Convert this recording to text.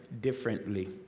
differently